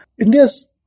India's